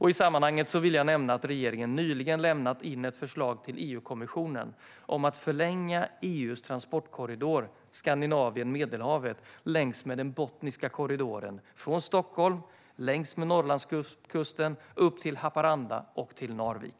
I sammanhanget vill jag nämna att regeringen nyligen lämnat in ett förslag till EU-kommissionen om att förlänga EU:s transportkorridor Skandinavien-Medelhavet längs med Botniska korridoren, från Stockholm längs med Norrlandskusten och upp till Haparanda och Narvik.